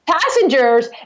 passengers